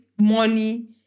money